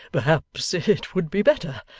perhaps it would be better.